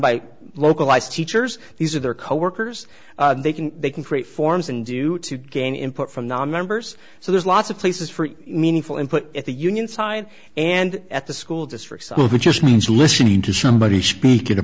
by localized teachers these are their coworkers they can they can create forms and do to gain input from nonmembers so there's lots of places for meaningful input at the union side and at the school to it just means listening to somebody speak in a